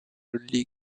league